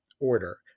order